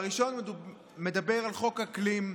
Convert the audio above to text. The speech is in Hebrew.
הראשון מדבר על חוק אקלים,